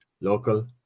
local